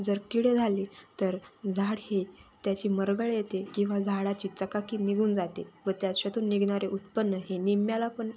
जर किडे झाले तर झाड हे त्याची मरगळ येते किंवा झाडाची चकाकी निघून जाते व त्याच्यातून निघणारे उत्पन्न हे निम्म्याला पण